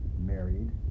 married